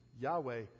Yahweh